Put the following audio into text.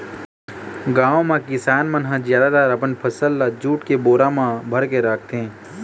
गाँव म किसान मन ह जादातर अपन फसल ल जूट के बोरा म भरके राखथे